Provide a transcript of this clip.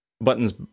buttons